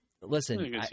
listen